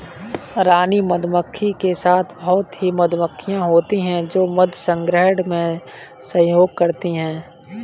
रानी मधुमक्खी के साथ बहुत ही मधुमक्खियां होती हैं जो मधु संग्रहण में सहयोग करती हैं